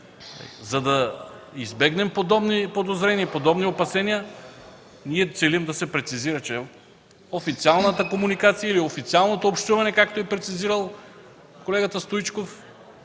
За да избегнем подобни подозрения и опасения, ние държим да се прецизира, че официалната комуникация или официалното общуване, както е прецизирал текста колегата Стоичков,